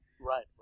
right